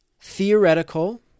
theoretical